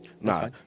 Nah